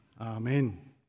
Amen